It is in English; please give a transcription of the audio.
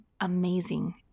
amazing